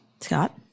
Scott